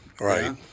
right